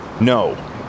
No